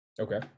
okay